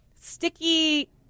sticky